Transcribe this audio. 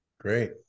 Great